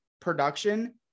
production